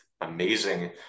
amazing